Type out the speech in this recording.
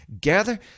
gather